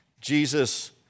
Jesus